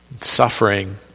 suffering